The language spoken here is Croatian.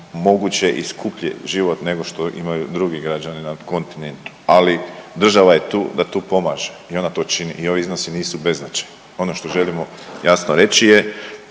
moguće i skuplji život nego što imaju drugi građani na kontinentu. Ali država je tu da tu pomaže i ona to čini i ovi iznosi nisu beznačajni. Ono što želimo jasno reći je